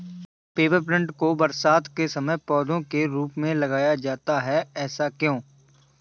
Peppermint को बरसात के समय पौधे के रूप में लगाया जाता है ऐसा क्यो?